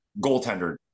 goaltender